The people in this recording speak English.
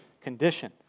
condition